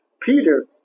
Peter